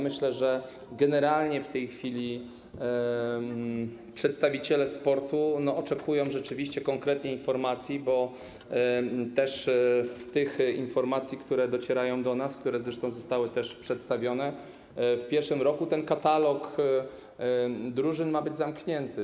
Myślę, że generalnie w tej chwili przedstawiciele sportu oczekują rzeczywiście konkretnej informacji, bo z informacji, które do nas docierają, które zresztą zostały też przedstawione, w pierwszym roku katalog drużyn ma być zamknięty.